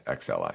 XLI